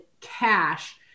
cash